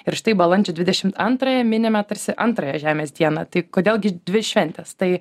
ir štai balandžio dvidešimt antrąją minime tarsi antrąją žemės dieną tai kodėl gi dvi šventės tai